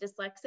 dyslexic